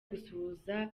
gusuhuza